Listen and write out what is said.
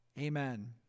Amen